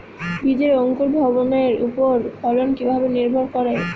বীজের অঙ্কুর ভবনের ওপর ফলন কিভাবে নির্ভর করে?